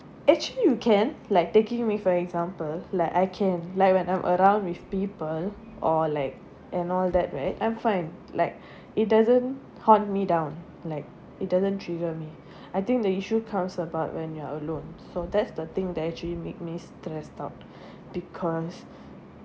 actually you can like taking me for example like I can like when I'm around with people or like and all that right I'm fine like it doesn't haunt me down like it doesn't trigger me I think the issue comes about when you are alone so that's the thing that actually made me stressed out because